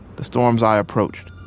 the storm's eye approached.